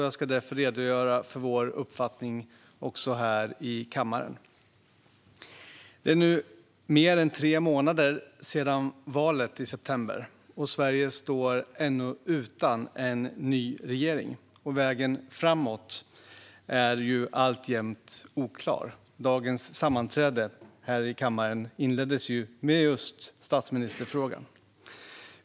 Jag ska därför redogöra för vår uppfattning även här i kammaren. Det är nu mer än tre månader sedan valet i september, och Sverige står ännu utan ny regering. Vägen framåt är alltjämt oklar. Dagens sammanträde här i kammaren inleddes ju med just statsministerfrågan.